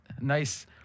nice